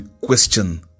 question